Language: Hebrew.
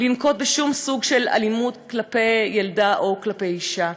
לנקוט שום סוג של אלימות כלפי ילדה או כלפי אישה,